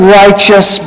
righteous